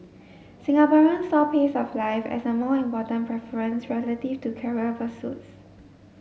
Singaporeans saw pace of life as a more important preference relative to career pursuits